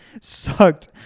sucked